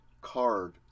card